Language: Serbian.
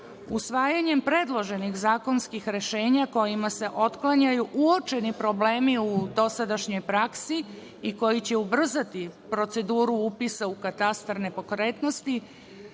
usvajanjem predloženih zakonskih rešenja, kojima se otklanjaju uočeni problemi u dosadašnjoj praksi i koji će ubrzati proceduru upisa u katastar nepokretnosti,